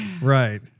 Right